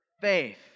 faith